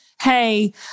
hey